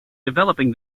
developing